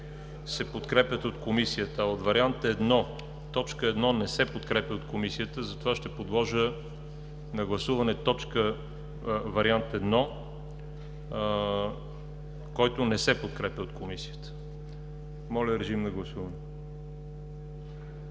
се подкрепят от Комисията, а от вариант I, т.1 не се подкрепя от Комисията, затова ще подложа на гласуване вариант I, който не се подкрепя от Комисията. Гласували